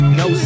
no